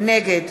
נגד